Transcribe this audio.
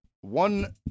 one